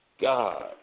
god